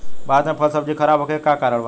भारत में फल सब्जी खराब होखे के का कारण बा?